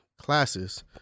classes